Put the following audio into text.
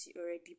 already